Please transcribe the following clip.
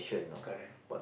correct